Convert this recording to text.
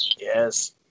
yes